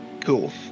Cool